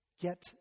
get